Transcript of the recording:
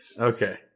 okay